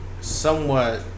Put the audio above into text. somewhat